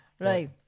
right